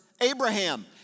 Abraham